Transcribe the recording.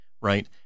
right